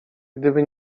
gdyby